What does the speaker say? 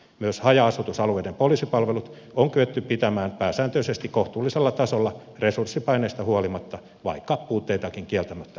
myös haja asutusalueiden poliisipalvelut on kyetty pitämään pääsääntöisesti kohtuullisella tasolla resurssipaineista huolimatta vaikka puutteitakin kieltämättä on